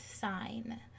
sign